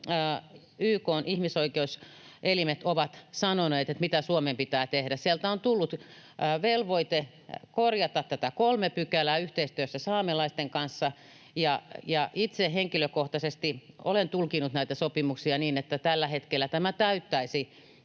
YK:n ihmisoikeuselimet ovat sanoneet siitä, mitä Suomen pitää tehdä. Sieltä on tullut velvoite korjata tätä 3 §:ää yhteistyössä saamelaisten kanssa, ja itse henkilökohtaisesti olen tulkinnut näitä sopimuksia niin, että tällä hetkellä tämä esitys